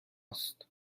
است